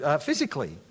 Physically